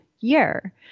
year